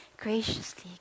Graciously